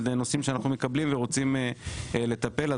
הנושאים שאנחנו מקבלים ורוצים לטפל בהם.